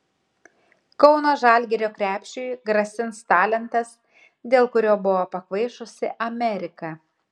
kauno žalgirio krepšiui grasins talentas dėl kurio buvo pakvaišusi amerika